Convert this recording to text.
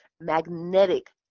magnetic